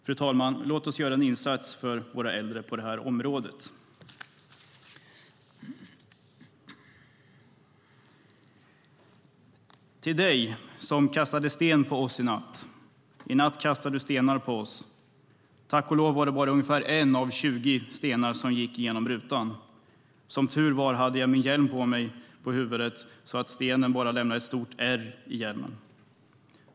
Låt oss göra en insats för våra äldre på det här området, fru talman! "Till dig som kastade stenar på oss i natt. I natt kastade du stenar på oss! Tack och lov var det bara en av ungefär 20 stenar som gick igenom rutan. Som tur var hade jag min hjälm på huvudet så stenen lämnade bara ett stort ärr i min hjälm.